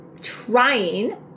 trying